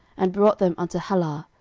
and brought them unto halah,